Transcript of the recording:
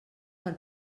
per